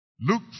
Luke